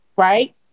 right